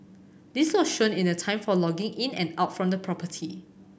this was shown in the time for logging in and out from the property